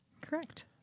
Correct